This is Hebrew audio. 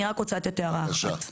אני רק רוצה לתת הערה אחת.